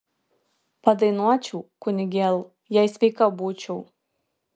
padainuočiau kunigėl jei sveika būčiau